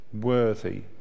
worthy